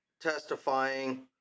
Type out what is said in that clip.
testifying